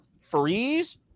freeze